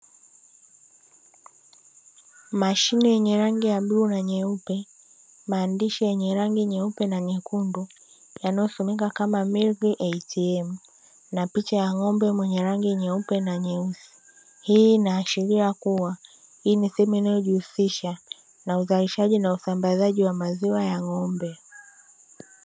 Mashine yenye rangi ya bluu na nyeupe, maandishi yenye rangi nyeupe na nyekundu, yanayosomeka kama ''MILK ATM'' na picha ya ng'ombe mwenye rangi nyeupe na nyeusi, hii inaashiria kuwa hii ni sehemu inayojihusisha na uzalishaji na usambazaji wa maziwa ya ng'ombe.